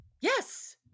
yes